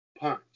punch